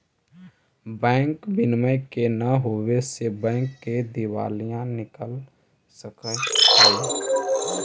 bank विनियम के न होवे से बैंक के दिवालिया निकल सकऽ हइ